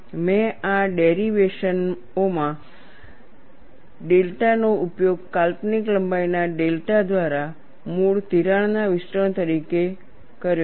મેં આ ડેરિવેશનઓમાં ડેલ્ટા નો ઉપયોગ કાલ્પનિક લંબાઈના ડેલ્ટા દ્વારા મૂળ તિરાડના વિસ્તરણ તરીકે કર્યો છે